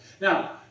Now